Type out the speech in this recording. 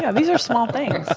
yeah these are small things,